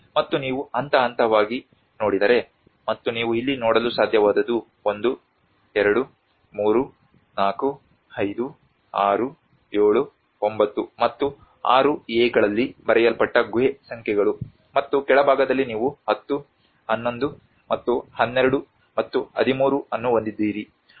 ಮತ್ತು ನೀವು ಹಂತ ಹಂತವಾಗಿ ನೋಡಿದರೆ ಮತ್ತು ನೀವು ಇಲ್ಲಿ ನೋಡಲು ಸಾಧ್ಯವಾದದ್ದು 1 2 3 4 5 6 7 9 ಮತ್ತು 6a ಗಳಲ್ಲಿ ಬರೆಯಲ್ಪಟ್ಟ ಗುಹೆ ಸಂಖ್ಯೆಗಳು ಮತ್ತು ಕೆಳಭಾಗದಲ್ಲಿ ನೀವು 10 11 ಮತ್ತು 12 ಮತ್ತು 13 ಅನ್ನು ಹೊಂದಿದ್ದೀರಿ